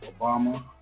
Obama